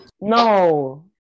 No